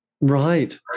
Right